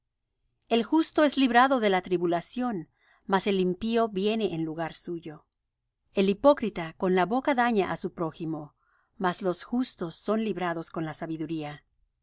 el justo es librado de la tribulación mas el impío viene en lugar suyo el hipócrita con la boca daña á su prójimo mas los justos son librados con la sabiduría